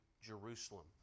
Jerusalem